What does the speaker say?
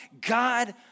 God